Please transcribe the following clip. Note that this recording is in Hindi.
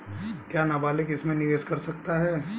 क्या नाबालिग इसमें निवेश कर सकता है?